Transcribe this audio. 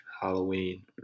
halloween